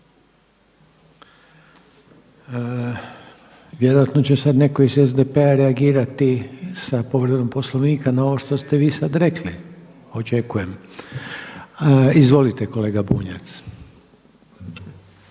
Vjerojatno će sada neko iz SDP-a reagirati sa povredom Poslovnika na ovo što ste vi sada rekli, očekujem. Izvolite kolega Bunjac.